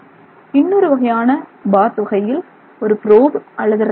இன்னொரு வகையான பாத் வகையில் ஒரு ப்ரொபு அல்லது ராடு உள்ளது